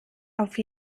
auf